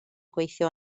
gweithio